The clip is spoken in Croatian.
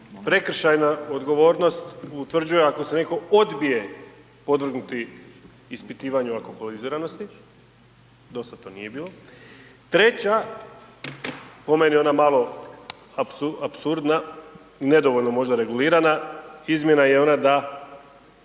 prekršajna odgovornost utvrđuje ako se netko odbije podvrgnuti ispitivanju alkoholiziranosti, dosad to nije bilo. Treća, po meni ona malo apsurdna, nedovoljno možda regulirana izmjena je ona da